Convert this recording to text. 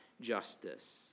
justice